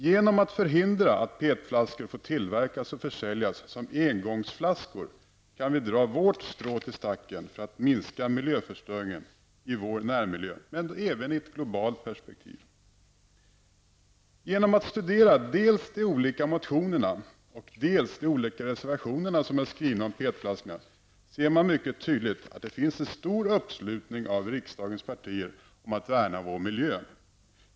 Genom att förhindra att PET-flaskor får tillverkas och försäljas som engångsflaskor kan vi dra vårt strå till stacken för att minska miljöförstöringen i vår närmiljö, men även i ett globalt perspektiv. Genom att studera dels de olika motionerna, dels de olika reservationerna som är skrivna om PET flaskorna, ser man mycket tydligt att det finns en stor uppslutning från riksdagens partier när det gäller att värna om vår miljö.